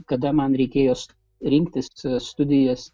kada man reikėjo rinktis studijas